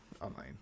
online